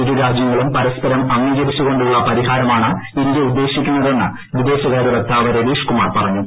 ഇരു രാജ്യങ്ങളും പരസ്പരം അംഗീകരിച്ചുകൊണ്ടുള്ള ഇന്ത്യ ഉദ്ദേശിക്കുന്നതെന്ന് വിദേശകാര്യ വക്താവ് രവീഷ്കുമാർ പറഞ്ഞു